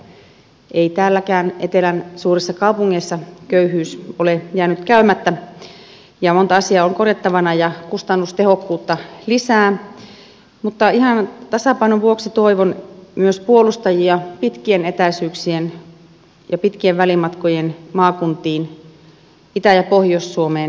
se on oikein sillä ei täälläkään etelän suurissa kaupungeissa köyhyys ole jäänyt käymättä ja monta asiaa on korjattavana ja kustannustehokkuutta tarvitaan lisää mutta ihan tasapainon vuoksi toivon myös puolustajia pitkien etäisyyksien ja pitkien välimatkojen maakuntiin itä ja pohjois suomeen lappiin